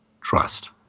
trust